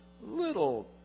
little